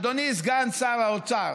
אדוני סגן שר האוצר,